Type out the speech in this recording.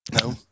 no